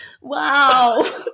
Wow